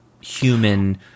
human